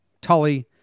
Tully